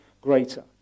greater